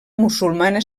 musulmana